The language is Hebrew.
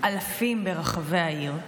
אלפים ברחבי העיר,